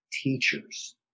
teachers